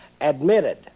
admitted